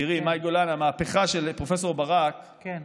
תראי, מאי גולן, המהפכה של פרופ' ברק, היא